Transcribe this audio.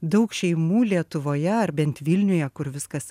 daug šeimų lietuvoje ar bent vilniuje kur viskas